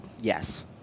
Yes